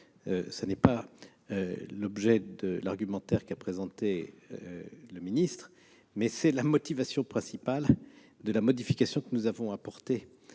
Ce n'était pas l'objet de l'argumentaire présenté par le ministre, mais c'est la motivation principale de la modification que nous avons apportée